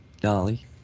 Dolly